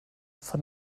von